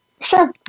Sure